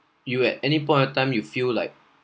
you at any point of time you feel like